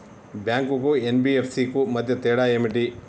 Bank కు NBFC కు మధ్య తేడా ఏమిటి?